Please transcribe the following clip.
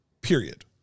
period